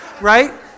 right